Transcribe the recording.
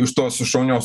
iš tos šaunios